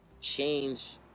change